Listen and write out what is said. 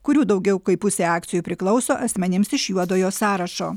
kurių daugiau kaip pusė akcijų priklauso asmenims iš juodojo sąrašo